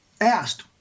asked